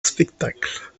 spectacle